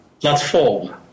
Platform